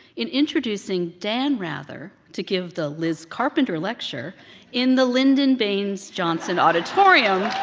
in introducing dan rather to give the liz carpenter lecture in the lyndon baines johnson auditorium